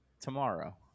tomorrow